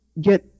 get